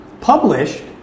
published